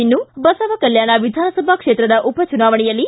ಇನ್ನು ಬಸವಕಲ್ಕಾಣ ವಿಧಾನಸಭಾ ಕ್ಷೇತ್ರದ ಉಪಚುನಾವಣೆಯಲ್ಲಿ